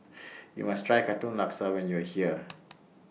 YOU must Try Katong Laksa when YOU Are here